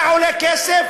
זה עולה כסף?